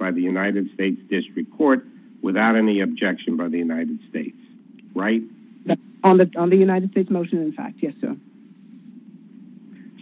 by the united states district court without any objection by the united states right on the united states motion in fact yes or